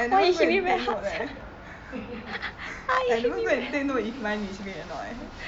I I never go and take note leh I never go and take note if mine is red or not leh